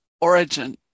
origin